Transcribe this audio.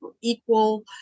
equal